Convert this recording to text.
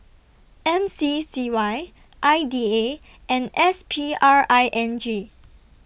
M C C Y I D A and S P R I N G